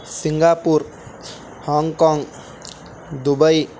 Singapore Hong Kong Dubai